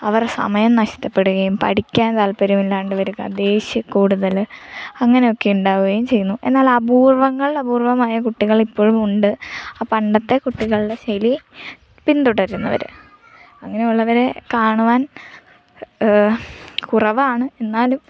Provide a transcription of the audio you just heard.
അവരുടെ സമയം നഷ്ടപ്പെടുകയും പഠിക്കാൻ താല്പര്യമില്ലാതെ വരിക ദേഷ്യക്കൂടുതൽ അങ്ങനെയൊക്കെ ഉണ്ടാവുകയും ചെയ്യുന്നു എന്നാൽ അപൂർവ്വങ്ങളിൽ അപൂർവ്വങ്ങളായ കുട്ടികൾ ഇപ്പോഴും ഉണ്ട് ആ പണ്ടത്തെ കുട്ടികളുടെ ശൈലി പിന്തുടരുന്നവർ അങ്ങനുള്ളവരെ കാണുവാൻ കുറവാണ് എന്നാലും